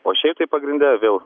o šiaip tai pagrinde vėl